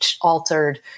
altered